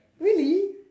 really